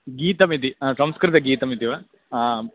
गीतमिति संस्कृतगीतमिति वा